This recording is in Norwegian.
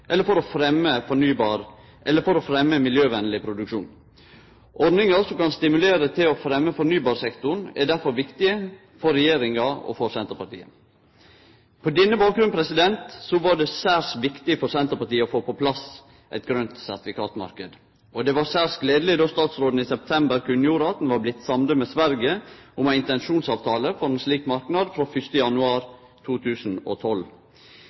eller for å fremme miljøvennleg produksjon. Ordningar som kan stimulere til å fremme fornybar energi-sektoren, er difor viktige for regjeringa og for Senterpartiet. På denne bakgrunnen var det særs viktig for Senterpartiet å få på plass ein grøn sertifikatmarknad. Og det var særs gledeleg då statsråden i september kunngjorde at han var blitt samd med Sverige om ei intensjonsavtale for ein slik marknad frå 1. januar 2012.